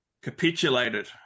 capitulated